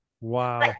Wow